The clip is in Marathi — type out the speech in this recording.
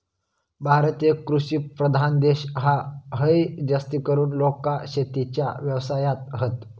भारत एक कृषि प्रधान देश हा, हय जास्तीकरून लोका शेतीच्या व्यवसायात हत